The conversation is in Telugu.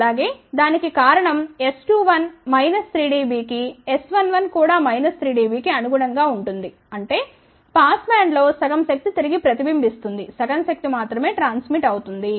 అలాగే దానికి కారణం S21 మైనస్ 3 డిబి కి S11 కూడా మైనస్ 3 డిబి కి అనుగుణంగా ఉంటుంది అంటే పాస్ బ్యాండ్లో సగం శక్తి తిరిగి ప్రతిబింబిస్తుంది సగం శక్తి మాత్రమే ట్రాస్మిట్ అవుతుంది